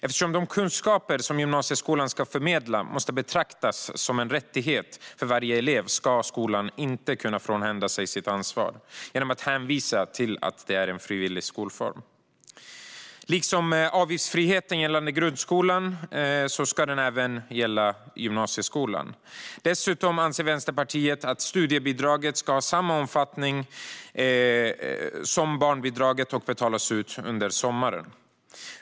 Eftersom de kunskaper som gymnasieskolan ska förmedla måste betraktas som en rättighet för varje elev ska skolan inte kunna avhända sig sitt ansvar genom att hänvisa till att det är en frivillig skolform. Liksom avgiftsfrihet gäller för grundskolan ska den även gälla för gymnasieskolan. Dessutom anser Vänsterpartiet att studiebidraget ska ha samma omfattning som barnbidraget och betalas ut också under sommaren.